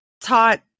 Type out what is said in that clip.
taught